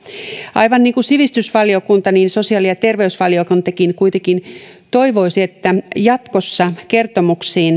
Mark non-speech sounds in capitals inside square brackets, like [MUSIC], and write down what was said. aivan niin kuin sivistysvaliokunta sosiaali ja terveysvaliokuntakin kuitenkin toivoisi että jatkossa kertomuksissa [UNINTELLIGIBLE]